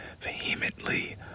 vehemently